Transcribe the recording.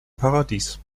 paradies